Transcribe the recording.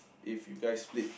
if you guys split